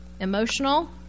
emotional